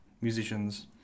musicians